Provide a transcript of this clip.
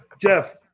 Jeff